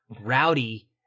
Rowdy